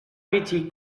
métier